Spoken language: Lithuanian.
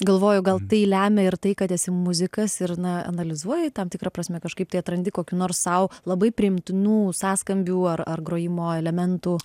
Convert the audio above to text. galvoju gal tai lemia ir tai kad esi muzikas ir na analizuoji tam tikra prasme kažkaip tai atrandi kokį nors sau labai priimtinų sąskambių ar ar grojimo elementų